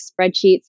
spreadsheets